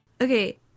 Okay